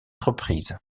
reprises